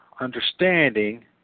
understanding